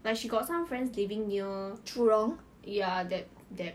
like she got some friends living near ya that that